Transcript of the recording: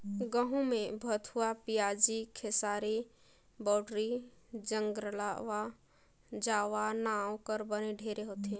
गहूँ में भथुवा, पियाजी, खेकसारी, बउटरी, ज्रगला जावा नांव कर बन ढेरे होथे